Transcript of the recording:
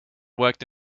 worked